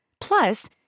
Plus